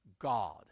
God